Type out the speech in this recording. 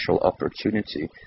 opportunity